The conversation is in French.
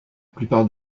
plupart